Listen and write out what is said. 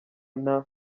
nta